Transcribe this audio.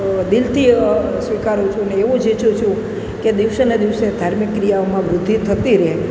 દિલથી સ્વીકારું છું અને એવું જ ઈચ્છું છું કે દિવસે ને દિવસે ધાર્મિક ક્રિયાઓમાં વૃદ્ધિ થતી રહે